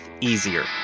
Easier